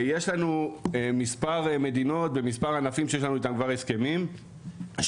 יש לנו מספר מדינות במספר ענפים שיש לנו כבר הסכמים שרשות